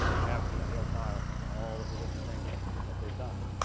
have detailed files from all of the different things that they've done.